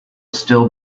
still